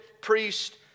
priest